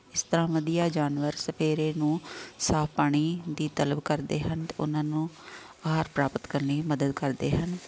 ਇਸ ਤਰ੍ਹਾਂ ਵਧੀਆ ਜਾਨਵਰ ਸਵੇਰੇ ਨੂੰ ਸਾਫ ਪਾਣੀ ਦੀ ਤਲਬ ਕਰਦੇ ਹਨ ਅਤੇ ਉਹਨਾਂ ਨੂੰ ਅਹਾਰ ਪ੍ਰਾਪਤ ਕਰਨ ਲਈ ਮਦਦ ਕਰਦੇ ਹਨ